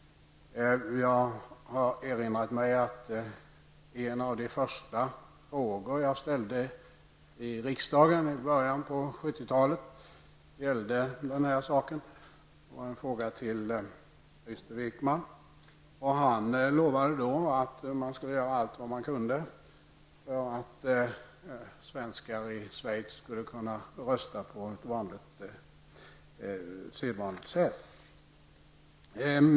Jag har erinrat mig att en av de första frågor som jag ställde i riksdagen i början av 70 talet gällde den här saken. Det var en fråga till Krister Wickman. Han lovade att man skulle göra allt man kunde för att svenskar i Schweiz skulle kunna rösta på sedvanligt sätt.